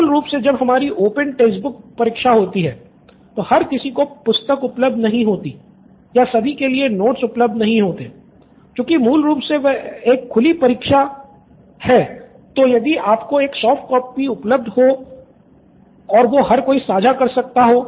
मूल रूप से जब हमारी ओपेन टेक्स्ट बुक्स परीक्षा होती है तो हर किसी को पुस्तक उपलब्ध नहीं होती है या सभी के लिए नोट्स उपलब्ध नहीं होते हैं चूंकि मूल रूप से वह एक खुली पुस्तक परीक्षा है तो यदि आपको एक सॉफ्ट कॉपी उपलब्ध हो तो वो हर कोई साझा कर सकता है